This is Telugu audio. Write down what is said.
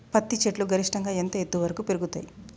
పత్తి చెట్లు గరిష్టంగా ఎంత ఎత్తు వరకు పెరుగుతయ్?